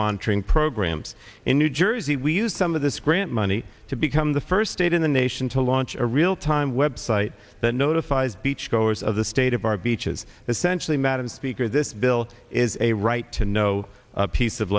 monitoring programs in new jersey we use some of this grant money to become the first state in the nation to launch a real time web site that notifies beachgoers of the state of our beaches essentially madam speaker this bill is a right to know piece of